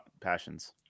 passions